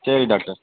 சரி டாக்டர்